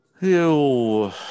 Ew